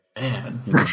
Man